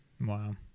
Wow